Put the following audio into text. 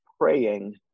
praying